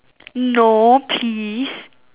no please